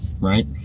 right